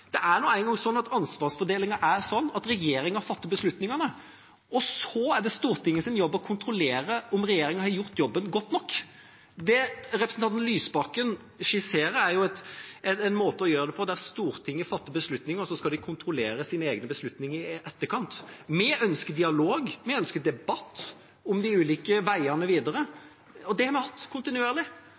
Det er nå engang sånn at ansvarsfordelingen er sånn at regjeringa fatter beslutningene, og så er det Stortingets jobb å kontrollere om regjeringa har gjort jobben godt nok. Det representanten Lysbakken skisserer, er en måte å gjøre det på der Stortinget fatter beslutninger, og så skal de kontrollere sine egne beslutninger i etterkant. Vi ønsker dialog, vi ønsker debatt om de ulike veiene videre, og det har vi hatt kontinuerlig.